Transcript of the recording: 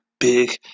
big